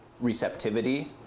receptivity